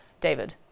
David